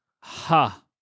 ha